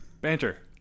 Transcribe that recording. Banter